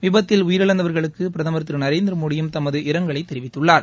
விபத்தில் உயிரிழந்தவர்களுக்கு பிரதமர் திரு நரேந்திர மோடியும் தமது இரங்கலை தெரிவித்துள்ளார்